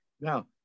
Now